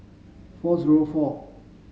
four zero four